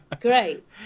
Great